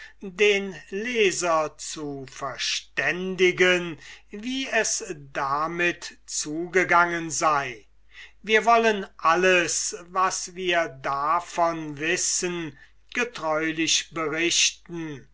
den leser zu verständigen wie es damit zugegangen wir wollen alles was wir davon wissen getreulich berichten